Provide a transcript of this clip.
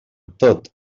tot